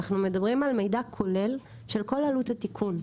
אנחנו מדברים על מידע כולל של כל עלות התיקון.